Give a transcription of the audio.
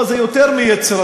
לא, זה יותר מיצירתית.